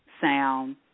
sound